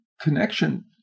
connection